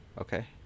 Okay